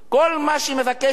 כל מה שהיא מבקשת,